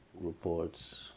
reports